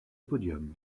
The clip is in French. podium